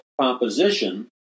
composition